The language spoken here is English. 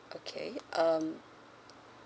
okay um